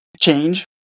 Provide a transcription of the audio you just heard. change